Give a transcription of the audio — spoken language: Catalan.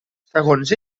segons